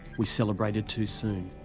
we celebrated too soon.